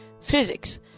physics